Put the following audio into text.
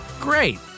Great